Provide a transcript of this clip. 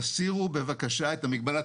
תסירו בבקשה את המגבלה,